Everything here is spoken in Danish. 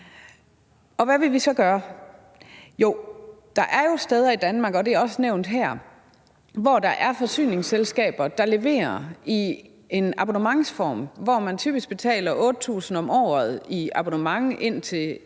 Hvad vil vi så gøre? Der er jo steder i Danmark, og det er også nævnt her, hvor der er forsyningsselskaber, der leverer i en abonnementsform, hvor man typisk betaler 8.000 kr. om året i abonnement, indtil